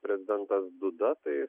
prezidentas duda tai